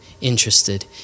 interested